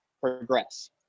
progress